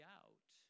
out